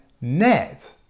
net